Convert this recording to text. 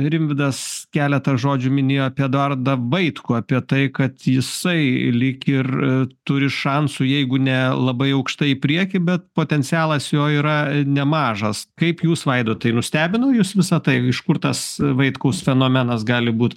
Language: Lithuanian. rimvydas keletą žodžių minėjo apie eduardą vaitkų apie tai kad jisai lyg ir turi šansų jeigu ne labai aukštai į priekį bet potencialas jo yra nemažas kaip jūs vaidotai nustebino jus visa tai iš kur tas vaitkaus fenomenas gali būt